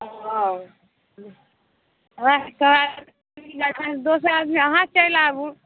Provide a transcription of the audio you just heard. हाँ लाइसेंस दोसर आदमी अहाँ चलि आबू